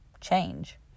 change